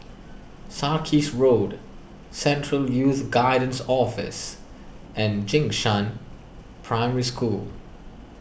Sarkies Road Central Youth Guidance Office and Jing Shan Primary School